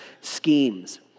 schemes